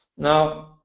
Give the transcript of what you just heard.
now,